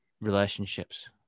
relationships